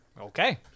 Okay